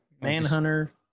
Manhunter